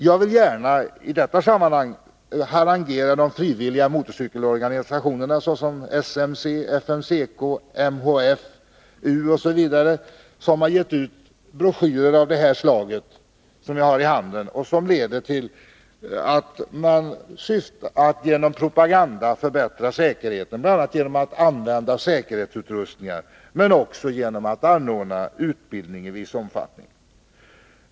Jag vill i detta sammanhang gärna harangera de frivilliga motorcykelorganisationerna, SMC, FMCK, MHF-U m.fl., för deras insatser. De har bl.a. gett ut broschyrer i syfte att förbättra säkerheten. De propagerar t.ex. för användandet av säkerhetsutrustningar. Organisationerna anordnar också utbildning i viss omfattning.